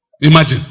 Imagine